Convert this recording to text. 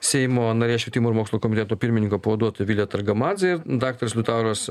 seimo narė švietimo ir mokslo komiteto pirmininko pavaduotoja vilija targamadzė daktaras liutauras